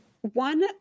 One